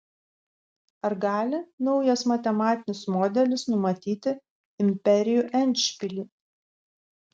ar gali naujas matematinis modelis numatyti imperijų endšpilį